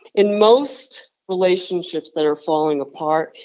in most relationships that are falling apart,